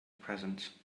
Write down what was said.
presence